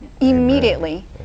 immediately